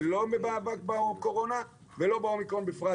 לא יעיל במאבק בקורונה, ולא באומיקרון בפרט.